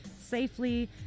safely